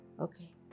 Okay